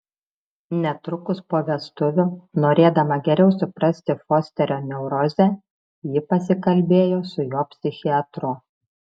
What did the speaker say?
netrukus po vestuvių norėdama geriau suprasti fosterio neurozę ji pasikalbėjo su jo psichiatru